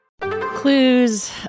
Clues